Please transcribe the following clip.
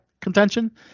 contention